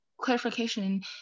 clarification